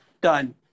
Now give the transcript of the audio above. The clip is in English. Done